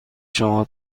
شما